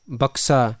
baksa